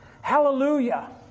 Hallelujah